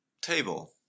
table